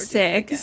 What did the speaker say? six